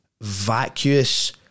vacuous